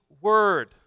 word